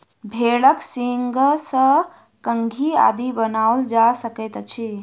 भेंड़क सींगसँ कंघी आदि बनाओल जा सकैत अछि